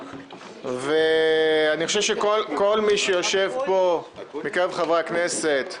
אני חושב שכל היושבים פה מקרב חברי הכנסת,